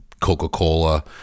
coca-cola